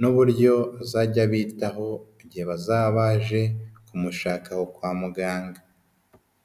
n'uburyo azajya abitaho igihe bazabaje kumushaka aho kwa muganga.